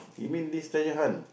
you mean this treasure hunt